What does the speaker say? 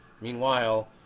Meanwhile